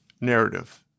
narrative